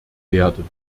werden